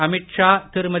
Amit Shah Thirumathi